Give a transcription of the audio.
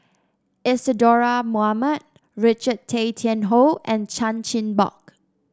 Isadhora Mohamed Richard Tay Tian Hoe and Chan Chin Bock